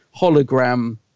hologram